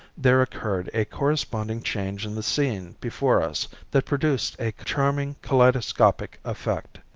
there occurred a corresponding change in the scene before us that produced a charming kaleidoscopic effect.